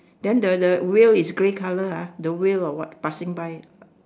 then the the whale is grey colour ah the whale or what passing by